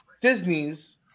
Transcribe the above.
Disney's